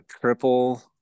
triple